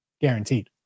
guaranteed